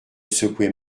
secouer